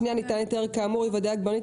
(3)